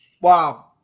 Wow